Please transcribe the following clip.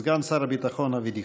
סגן שר הביטחון אבי דיכטר.